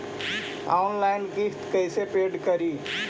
Online किस्त कैसे paid करि?